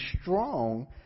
strong